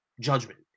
judgment